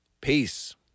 Peace